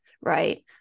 right